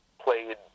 played